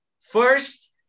first